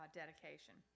dedication